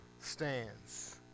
stands